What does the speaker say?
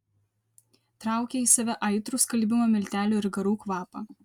traukė į save aitrų skalbimo miltelių ir garų kvapą